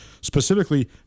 specifically